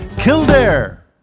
Kildare